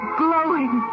glowing